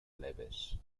leves